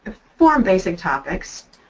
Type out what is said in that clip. four basic topics.